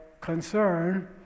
concern